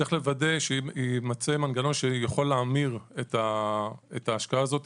צריך לוודא שיימצא מנגנון שיוכל להמיר את ההשקעה הזאת